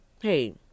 hey